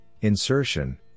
insertion